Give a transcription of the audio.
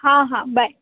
हां हां बाय